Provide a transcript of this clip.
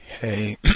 Hey